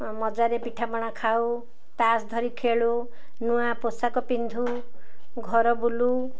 ମଜାରେ ପିଠାପଣା ଖାଉ ତାସ ଧରି ଖେଳୁ ନୂଆ ପୋଷାକ ପିନ୍ଧୁ ଘର ବୁଲୁ